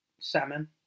salmon